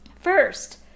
First